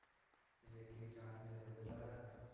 पजेकी जानी जिस बेल्लै